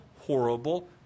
horrible